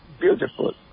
beautiful